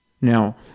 Now